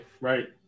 right